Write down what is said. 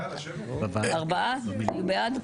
ארבעה בעד?